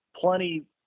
plenty